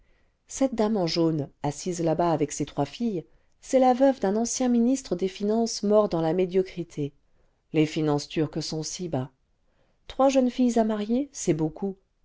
cette dame en jaune assise là-bas avec ses trois filles c'est la veuve d'un ancien ministre des finances mort dams là médio'crité les financés turques s'ont si bas trois jeunes filles à marier c'est beaucoup